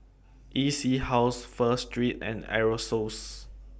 E C House Pho Street and Aerosoles